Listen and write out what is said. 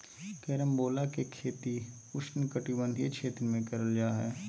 carambola के खेती उष्णकटिबंधीय क्षेत्र में करल जा हय